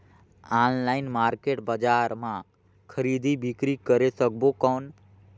Online market बजार मां खरीदी बीकरी करे सकबो कौन?